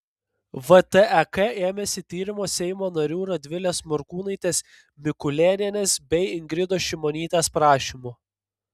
vtek ėmėsi tyrimo seimo narių radvilės morkūnaitės mikulėnienės bei ingridos šimonytės prašymu